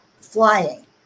flying